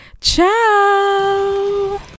ciao